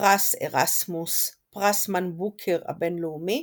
פרס ארסמוס, פרס מאן בוקר הבינלאומי